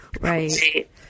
Right